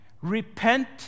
Repent